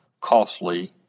costly